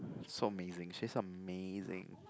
so amazing she's amazing